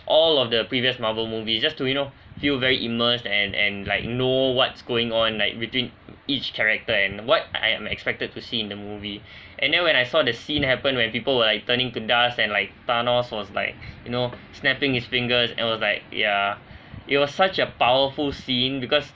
all of the previous marvel movie just to you know feel very immersed and and like know what's going on like between each character and what I am expected to see in the movie and then when I saw the scene happened when people were like turning to dust and like thanos was like you know snapping his fingers and was like yeah it was such a powerful scene because